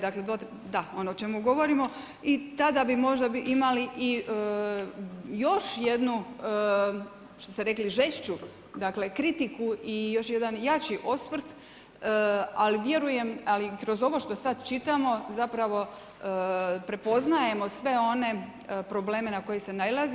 Da, ono o čemu govorimo i tada bi možda imali i još jednu, što ste rekli žešću dakle, kritiku i još jedan jači osvrt, ali vjerujem, ali kroz ovo što sad čitamo zapravo prepoznajemo sve one probleme na koje se nailazi.